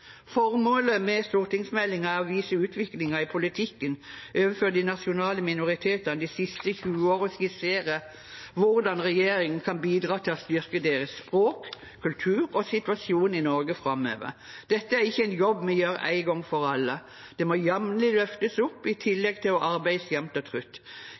Formålet med stortingsmeldingen er å vise utviklingen i politikken overfor de nasjonale minoritetene. De siste 20 år skisserer hvordan regjeringen kan bidra til å styrke deres håp, kultur og situasjon i Norge framover. Dette er ikke en jobb vi gjør en gang for alle. Det må jevnlig løftes opp i tillegg til å arbeides med jevnt og